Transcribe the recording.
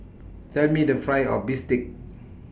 Tell Me The Price of Bistake